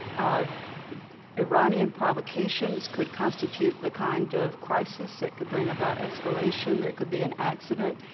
ah iranian provocations could constitute the kind of crisis that could bring about escalation. there could be an accident.